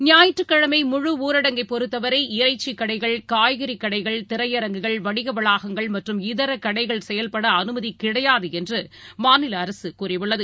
ஞாயிற்றுக்கிழமைமுழுஊரடங்கைப் பொறுத்தவரர இறைச்சிக் கடைகள் காய்கறிக் கடைகள் திரையரங்குகள் மற்றம் வணிகவளாகங்கள் இதரகடைகள் செயல்படஅனுமதிகிடையாதுஎன்றுமாநிலஅரசுகூறியுள்ளது